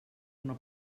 una